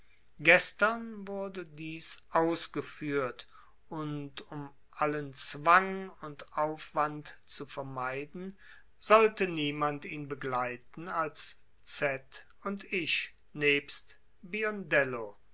gestern wurde dies ausgeführt und um allen zwang und aufwand zu vermeiden sollte niemand ihn begleiten als z und ich nebst